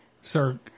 Sir